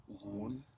one